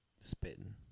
Spitting